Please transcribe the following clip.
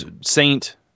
Saint